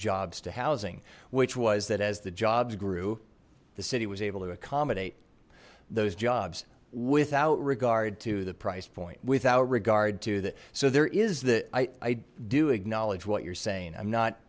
jobs to housing which was that as the jobs grew the city was able to accommodate those jobs without regard to the price point without regard to that so there is that i do acknowledge what you're saying i'm not